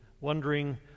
Wondering